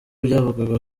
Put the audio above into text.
byavugaga